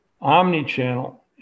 omni-channel